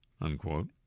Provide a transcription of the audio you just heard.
unquote